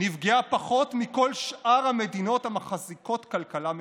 נפגעה פחות מכל שאר המדינות המחזיקות כלכלה מפותחת.